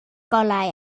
golau